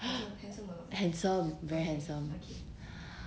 handsome handsome very handsome